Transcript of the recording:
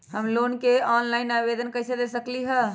हम लोन के ऑनलाइन आवेदन कईसे दे सकलई ह?